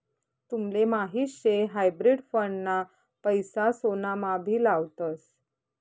तुमले माहीत शे हायब्रिड फंड ना पैसा सोनामा भी लावतस